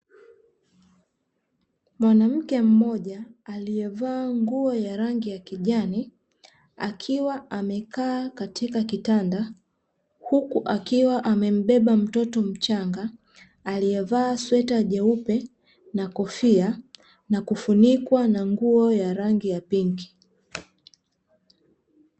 Mwanamke mmoja aliyevaa nguo ya rangi ya kijani akiwa amekaa katika kitanda, huku akiwa amembeba mtoto mchanga aliyevaa sweta jeupe na kofia, na kufunikwa na nguo ya rangi ya pinki.